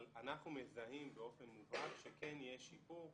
אבל אנחנו מזהים באופן מובהק שכן יש שיפור.